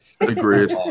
Agreed